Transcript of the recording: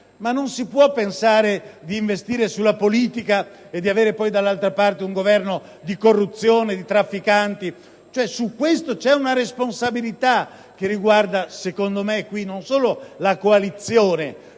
Ma non si può pensare di investire sulla politica e di avere poi dall'altra parte un Governo di corruzione, di trafficanti. Su questo c'è una responsabilità che riguarda, secondo me, non solo la coalizione